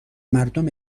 مردم